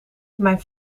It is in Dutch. mijn